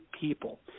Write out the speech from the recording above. people